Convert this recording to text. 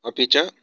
अपि च